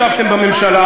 ישבתם בממשלה,